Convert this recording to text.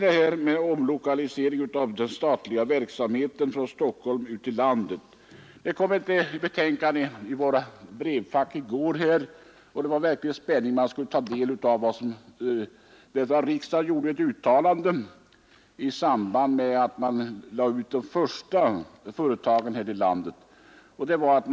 Beträffande omlokaliseringen av den statliga verksamheten från Stockholm ut till landet kom det ett betänkande i våra brevfack i går, och det var med verklig spänning jag tog del av det, eftersom riksdagen gjorde ett uttalande i samband med att de första företagen lokaliserades ut.